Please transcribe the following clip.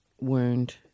wound